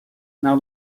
now